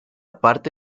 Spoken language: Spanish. parte